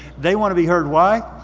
they want to be heard, why?